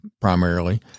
primarily